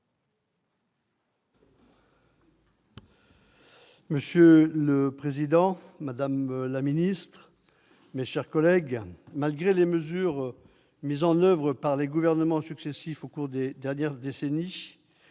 Monsieur le président, madame la ministre, mes chers collègues, malgré les mesures mises en oeuvre par les gouvernements successifs au cours des dernières décennies,